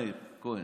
השר מאיר כהן,